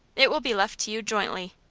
it will be left to you jointly.